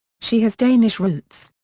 she has danish roots.